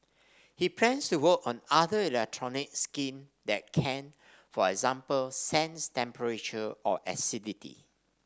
he plans to work on other electronic skin that can for example sense temperature or acidity